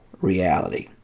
reality